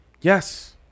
Yes